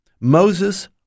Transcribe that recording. Moses